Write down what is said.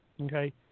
Okay